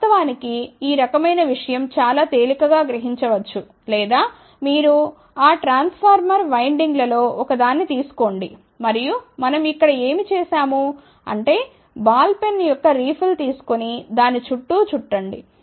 వాస్తవానికి ఈ రకమైన విషయం చాలా తేలికగా గ్రహించవచ్చు లేదా మీరు ఆ ట్రాన్స్ఫార్మర్ వైండింగ్లలో ఒక దాన్ని తీసుకోండి మరియు మనం ఇక్కడ ఏమి చేసాము అంటే బాల్ పెన్ యొక్క రీఫిల్ తీసుకొని దాని చుట్టూ చుట్టండి